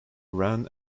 ran